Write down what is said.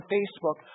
Facebook